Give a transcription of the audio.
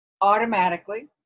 automatically